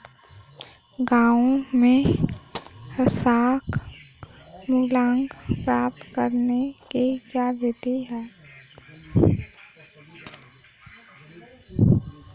गाँवों में साख मूल्यांकन प्राप्त करने की क्या विधि है?